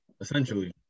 Essentially